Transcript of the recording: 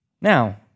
Now